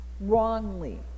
wrongly